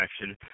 action